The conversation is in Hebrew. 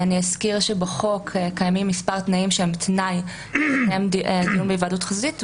אני אזכיר שבחוק קיימים מספר תנאים שהם תנאי להיוועדות חזותית,